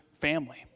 family